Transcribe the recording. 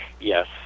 yes